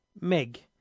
meg